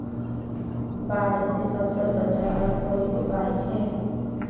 बाढ़ से फसल बचवार कोई उपाय छे?